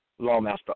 Lawmaster